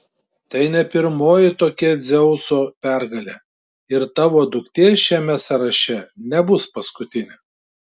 tai ne pirmoji tokia dzeuso pergalė ir tavo duktė šiame sąraše nebus paskutinė